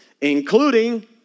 Including